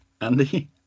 Andy